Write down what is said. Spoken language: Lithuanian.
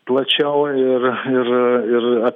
plačiau ir ir ir